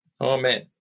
Amen